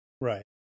Right